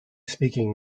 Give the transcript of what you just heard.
speaking